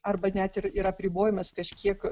arba net ir ir apribojimas kažkiek